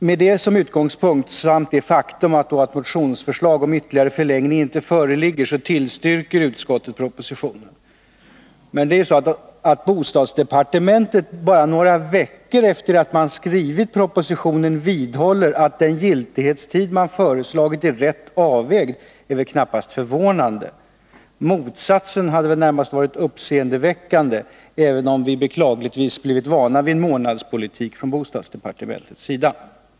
Med detta som utgångspunkt samt det faktum att motionsförslag om ytterligare förlängning inte föreligger tillstyrker utskottet propositionen. Att bostadsdepartementet några veckor efter det att man skrivit propositionen vidhåller, att den giltighetstid man föreslagit är rätt avvägd, är knappast förvånande. Motsatsen hade varit uppseendeväckande, även om vi beklagligtvis blivit vana vid en månadspolitik från bostadsdepartementets sida.